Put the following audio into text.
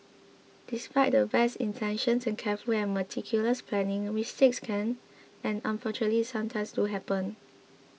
despite the best intentions and careful and meticulous planning mistakes can and unfortunately sometimes do happen